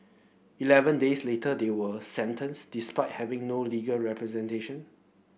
eleven days later they were sentenced despite having no legal representation